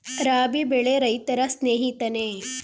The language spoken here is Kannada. ರಾಬಿ ಬೆಳೆ ರೈತರ ಸ್ನೇಹಿತನೇ?